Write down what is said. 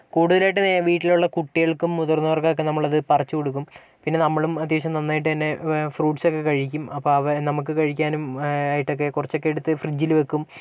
കൂടുതലായിട്ടും വീട്ടിലുള്ള കുട്ടികൾക്കും മുതിർന്നവർക്കും ആയിട്ടൊക്കെ നമ്മളത് പറിച്ചുകൊടുക്കും പിന്നെ നമ്മളും അത്യാവശ്യം നന്നായിട് തന്നെ ഫ്രൂട്ട്സൊക്കെ കഴിക്കും അപ്പൊൾ നമുക്ക് കഴിക്കാനൊക്കെ ആയിട്ടൊക്കെ കുറച്ചൊക്കെ എടുത്ത് ഫ്രിഡ്ജിൽ വെക്കും